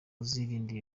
uzirinde